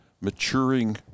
maturing